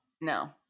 No